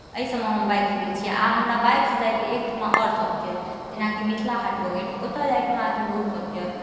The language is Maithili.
एहि सभमे हम बाइकसँ गेल छी आ हमरा बाइकसँ जाइके एकठिमा आओर शौक यए जेनाकि मिथिला हाट भऽ गेल ओतय जाइके हमरा एखन बहुत शौक यए